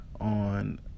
on